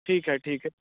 ठीक है ठीक है